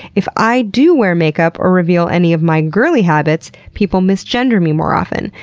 if i do wear makeup or reveal any of my girly habits, people misgender me more often.